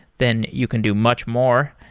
then you can do much more.